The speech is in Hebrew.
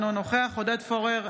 אינו נוכח עודד פורר,